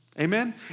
Amen